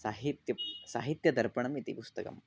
साहित्यं साहित्यदर्पणम् इति पुस्तकम्